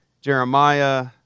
Jeremiah